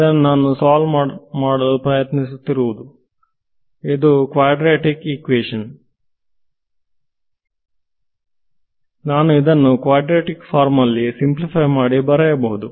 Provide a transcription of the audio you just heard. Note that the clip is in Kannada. ಇದನ್ನಾ ನಾನು ಸೋಲ್ವ್ ಮಾಡಲು ಪ್ರಯತ್ನಿಸುತ್ತಿರುವುದು ಇದು ಕ್ವಾದ್ರತಿಕ್ ಇಕ್ವೇಶನ್ ನಾನು ಇದನ್ನು ಕ್ವಾದ್ರತಿಕ್ ಫಾರ್ಮ್ ನಲ್ಲಿ ಸಿಂಪ್ಲಿಫೈ ಮಾಡಿ ಬರೆಯಬಹುದು